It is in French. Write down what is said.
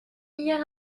hier